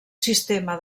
sistema